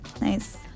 Nice